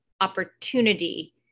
opportunity